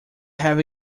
have